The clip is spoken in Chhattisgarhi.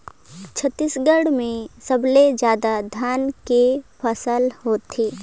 छत्तीसगढ़ में सबले जादा धान के फसिल होथे